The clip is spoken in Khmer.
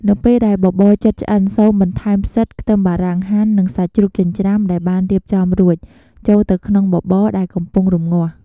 នៅពេលដែលបបរជិតឆ្អិន សូមបន្ថែម ផ្សិត ខ្ទឹមបារាំងហាន់ និង សាច់ជ្រូកចិញ្ច្រាំដែលបានរៀបចំរួច ចូលទៅក្នុងបបរដែលកំពុងរម្ងាស់។